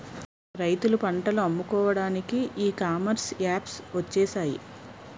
రైతులు పంటలు అమ్ముకోవడానికి ఈ కామర్స్ యాప్స్ వచ్చేసాయి